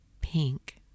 pink